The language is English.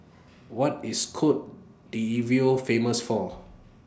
What IS Cote D'Ivoire Famous For